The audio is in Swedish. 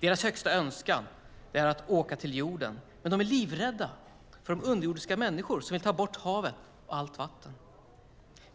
Deras högsta önskan är att åka till jorden men de är livrädda för underjordiska människor som vill ta bort havet och allt vatten.